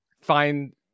find